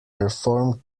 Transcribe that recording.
performed